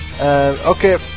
okay